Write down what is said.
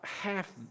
half